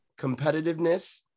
competitiveness